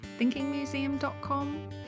thinkingmuseum.com